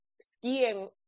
skiing